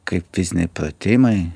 kaip fiziniai pratimai